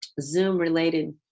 Zoom-related